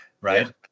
right